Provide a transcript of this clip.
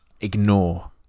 ignore